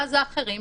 ואז האחרים,